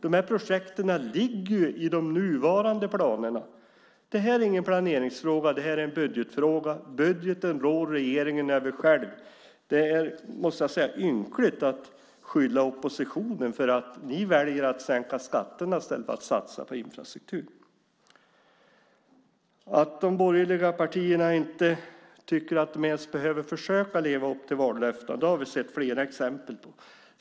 De här projekten ligger i de nuvarande planerna. Det här är ingen planeringsfråga. Det är en budgetfråga. Budgeten rår regeringen över själv. Det är, måste jag säga, ynkligt att skylla oppositionen för att ni väljer att sänka skatterna i stället för att satsa på infrastruktur. Att de borgerliga partierna inte tycker att de ens behöver försöka leva upp till vallöftena har vi sett flera exempel på.